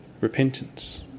repentance